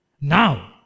Now